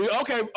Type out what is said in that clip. Okay